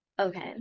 Okay